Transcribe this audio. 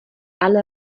alle